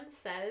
says